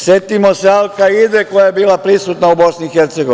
Setimo se Al kaide koja je bila prisutna u BiH.